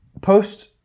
post